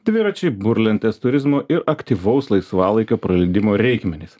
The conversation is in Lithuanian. dviračiai burlentės turizmo ir aktyvaus laisvalaikio praleidimo reikmenys